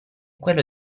quello